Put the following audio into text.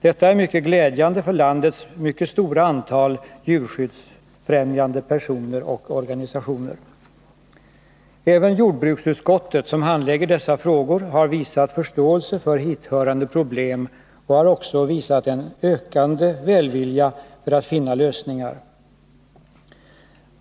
Detta är mycket glädjande för landets mycket stora antal djurskyddsfrämjande personer och organisationer. Även jordbruksutskottet, som handlägger dessa frågor, har visat förståelse Nr 25 för hithörande problem och har också visat en ökande välvilja att finna Torsdagen den lösningar.